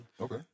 Okay